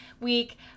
week